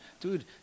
dude